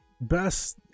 best